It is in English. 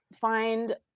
Find